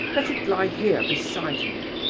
let it lie here beside him.